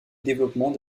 développement